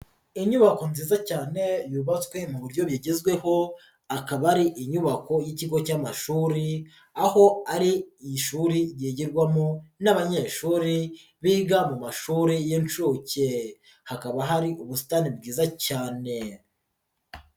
Inyubako nziza cyane yubatswe mu buryo bigezweho akaba ari inyubako y'ikigo cy'amashuri, aho ari ishuri ryigirwamo n'abanyeshuri biga mu mashuri y'inshuke, hakaba hari ubusitani bwiza cyane.